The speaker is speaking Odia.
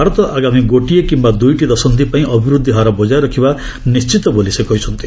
ଭାରତ ଆଗାମୀ ଗୋଟିଏ କିମ୍ବା ଦୁଇଟି ଦଶନ୍ଧି ପାଇଁ ଅଭିବୃଦ୍ଧି ହାର ବଜାୟ ରଖିବା ନିଶ୍ଚିତ ବୋଲି ସେ କହିଛନ୍ତି